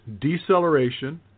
deceleration